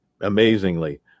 amazingly